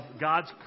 God's